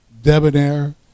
debonair